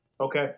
Okay